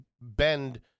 bend